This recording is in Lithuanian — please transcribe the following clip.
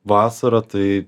vasarą tai